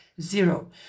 zero